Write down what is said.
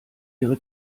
ihre